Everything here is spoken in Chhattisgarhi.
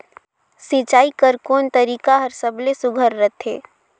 सिंचाई कर कोन तरीका हर सबले सुघ्घर रथे?